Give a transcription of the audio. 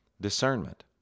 discernment